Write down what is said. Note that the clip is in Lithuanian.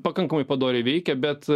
pakankamai padoriai veikia bet